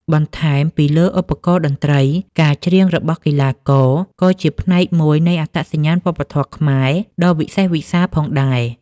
បន្ថែមពីលើឧបករណ៍តន្ត្រី ការច្រៀងរបស់កីឡាករ ក៏ជាផ្នែកមួយនៃអត្តសញ្ញាណវប្បធម៌ខ្មែរដ៏វិសេសវិសាលផងដែរ។